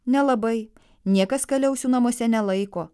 nelabai niekas kaliausių namuose nelaiko